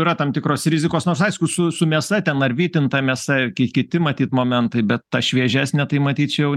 yra tam tikros rizikos nors aišku su su mėsa ten ar vytinta mėsa ir ki kiti matyt momentai bet ta šviežesnė tai matyt čia jau